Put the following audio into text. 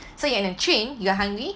so you are in a train you're hungry